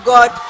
God